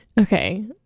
Okay